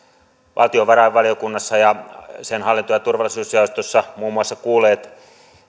valtiovarainvaliokunnassa ja sen hallinto ja turvallisuusjaostossa muun muassa kuulleet